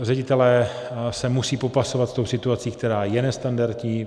Ředitelé se musí popasovat s tou situací, která je nestandardní.